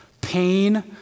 pain